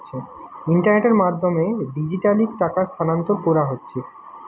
ইন্টারনেটের মাধ্যমে ডিজিটালি টাকা স্থানান্তর কোরা হচ্ছে